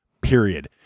period